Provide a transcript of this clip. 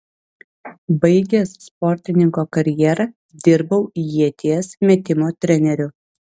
baigęs sportininko karjerą dirbau ieties metimo treneriu